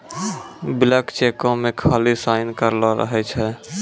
blank चेको मे खाली साइन करलो रहै छै